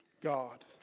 God